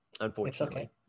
unfortunately